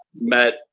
met